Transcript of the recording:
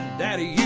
daddy